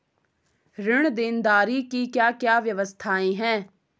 ऋण देनदारी की क्या क्या व्यवस्थाएँ हैं?